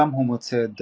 שם הוא מוצא את דקארד.